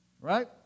right